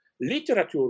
literature